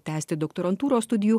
tęsti doktorantūros studijų